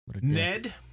Ned